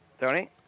Tony